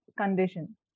condition